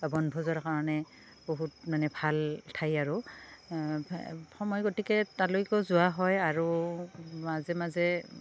বা বনভোজৰ কাৰণে বহুত মানে ভাল ঠাই আৰু সময় গতিকে তালৈকো যোৱা হয় আৰু মাজে মাজে